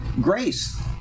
grace